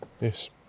Yes